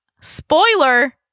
Spoiler